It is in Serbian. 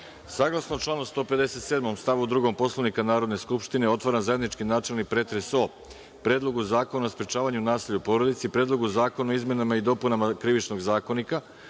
urade. Saglasno članu 157. stavu 2. Poslovnika Narodne skupštine otvaram zajednički načelni pretres o: Predlogu zakona o sprečavanju nasilja u porodici; Predlogu zakona o izmenama i dopunama Krivičnog zakonika;